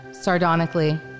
sardonically